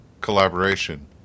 collaboration